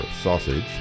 sausage